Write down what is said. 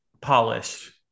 polished